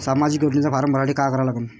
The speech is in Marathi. सामाजिक योजनेचा फारम भरासाठी का करा लागन?